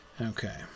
Okay